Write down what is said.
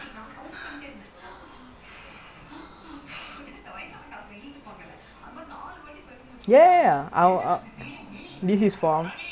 ya that's why man like even robotic also he do a lot of shit then I think he recently under you know the competition right don't know what competition liverpool or something